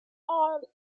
art